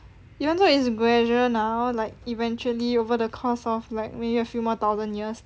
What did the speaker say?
even though it's gradual now like eventually over the course of like maybe a few more thousand years